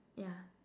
yeah